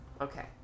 Okay